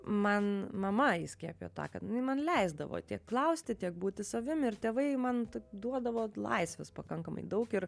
man mama įskiepijo tą kad jinai man leisdavo tiek klausti tiek būti savim ir tėvai man duodavo laisvės pakankamai daug ir